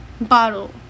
bottle